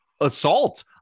assault